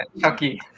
Chucky